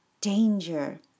danger